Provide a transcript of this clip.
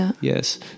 yes